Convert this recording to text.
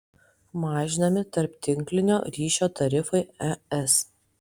mažinami tarptinklinio ryšio tarifai es